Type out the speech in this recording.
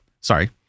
Sorry